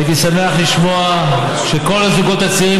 הייתי שמח לשמוע שכל הזוגות הצעירים